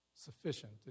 sufficient